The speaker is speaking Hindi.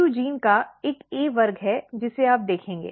AP2 जीन का एक A वर्ग है जिसे आप देखेंगे